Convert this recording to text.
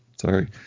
Sorry